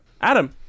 Adam